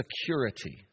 security